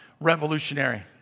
revolutionary